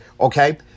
okay